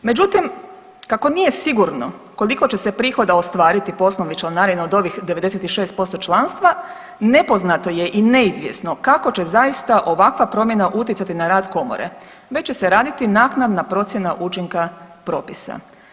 Međutim, kako nije sigurno koliko će se prihoda ostvariti po osnovi članarine od ovih 96% članstva, nepoznato je i neizvjesno kako će zaista ovakva promjena utjecati na rad Komore, već će se raditi naknada procjena učinka propisa.